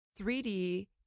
3D